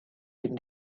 been